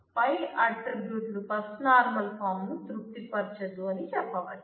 పై attribute first normal form ను తృప్తి పరచదు అని చెప్పవచ్చు